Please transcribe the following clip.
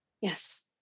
yes